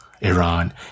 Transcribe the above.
Iran